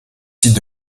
sites